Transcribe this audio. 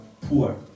poor